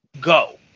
go